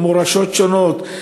עם מורשות שונות,